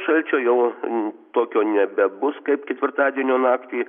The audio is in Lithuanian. šalčio jau tokio nebebus kaip ketvirtadienio naktį